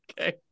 Okay